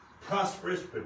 prosperous